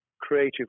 creative